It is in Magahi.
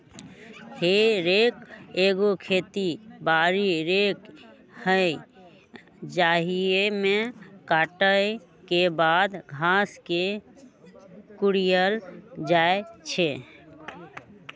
हे रेक एगो खेती बारी रेक हइ जाहिमे कटाई के बाद घास के कुरियायल जाइ छइ